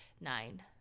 nine